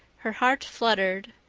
her heart fluttered,